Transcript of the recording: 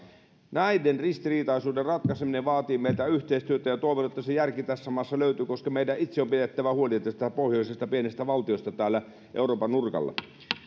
näiden ristiriitaisuuden ratkaiseminen vaatii meiltä yhteistyötä ja toivon että se järki tässä maassa löytyy koska meidän itse on pidettävä huoli tästä pohjoisesta pienestä valtiosta täällä euroopan nurkalla nyt